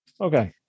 Okay